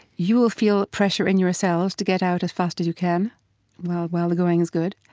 you will feel pressure in yourselves to get out as fast as you can while while the going is good.